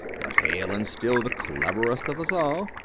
but hale and still the cleverest of us all.